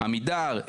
עמידר,